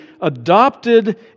adopted